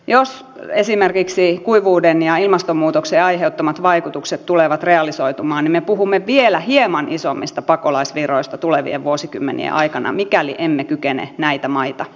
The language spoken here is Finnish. jos esimerkiksi kuivuuden ja ilmastonmuutoksen aiheuttamat vaikutukset tulevat realisoitumaan niin me puhumme vielä hieman isommista pakolaisvirroista tulevien vuosikymmenien aikana mikäli emme kykene näitä maita auttamaan